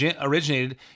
originated